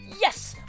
Yes